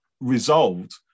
resolved